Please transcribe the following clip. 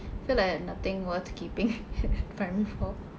feel like I had nothing worth keeping primary four